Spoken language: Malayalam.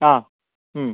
ആ